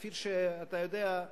כפי שאתה יודע,